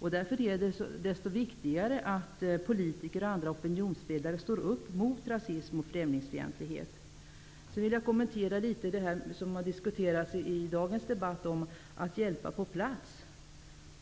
Det är därför desto viktigare att politiker och andra opinionsbildare står upp mot rasism och främlingsfientlighet. Jag vill kommentera det som har diskuterats i dagens debatt om att hjälpa på plats.